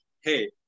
hey